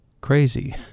crazy